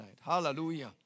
Hallelujah